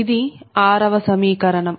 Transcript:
ఇది 6 వ సమీకరణం